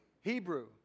Hebrew